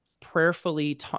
prayerfully